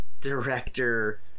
director